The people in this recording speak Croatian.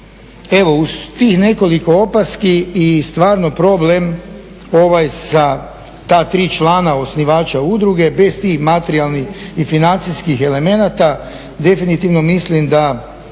uz tih nekoliko opaski i stvarno problem ovaj sa ta 3 člana osnivača udruge, bez tih materijalnih i financijskih elemenata, definitivno mislim da